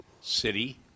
city